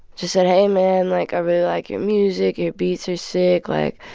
just said, hey, man. like, i really like your music. your beats are sick. like,